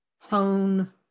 hone